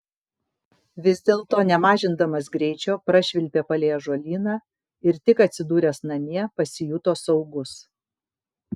vis dėlto nemažindamas greičio prašvilpė palei ąžuolyną ir tik atsidūręs namie pasijuto saugus